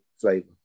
flavor